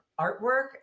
artwork